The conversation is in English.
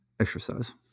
exercise